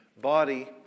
body